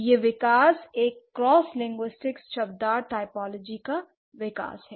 यह विकास एक क्रॉस लिंग्विस्टिक्स शब्दार्थ टाइपोलॉजिकल विकास है